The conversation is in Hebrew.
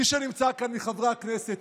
מי שנמצא כאן מחברי הכנסת,